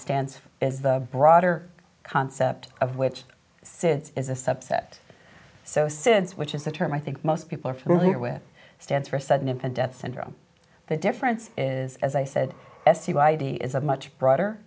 stance is the broader concept of which sits is a subset so since which is the term i think most people are familiar with stands for sudden infant death syndrome the difference is as i said s e y d is a much broader